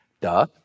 duh